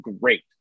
great